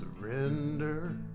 surrender